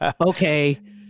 Okay